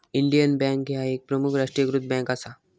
Indian bank ह्या एक प्रमुख राष्ट्रीयीकृत बँक असा